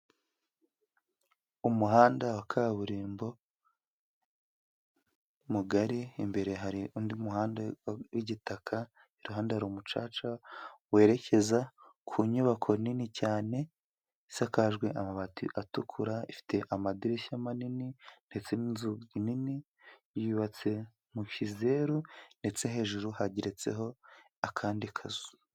Umuhanda wa kaburimbo mugari imbere hari undi muhanda w'igitaka, iruhande hari umucaca werekeza ku nyubako nini cyane isakajwe amabati atukura, ifite amadirishya manini ndetse n'inzu nini yubatse mu kizeru ndetse hejuru hageretseho akandi kazu.